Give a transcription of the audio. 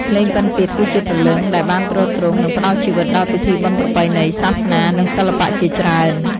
ភ្លេងពិណពាទ្យ គឺជាព្រលឹងដែលបានទ្រទ្រង់ និងផ្តល់ជីវិតដល់ពិធីបុណ្យប្រពៃណី សាសនា និងសិល្បៈជាច្រើន។